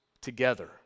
together